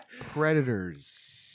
predators